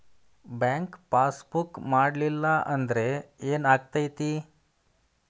Bank passbook ಮಾಡಲಿಲ್ಲ ಅಂದ್ರೆ ಏನ್ ಆಗ್ತೈತಿ?